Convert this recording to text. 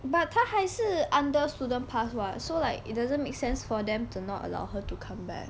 but 他还是 under student pass [what] so like it doesn't make sense for them to not allow her to come back